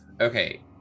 okay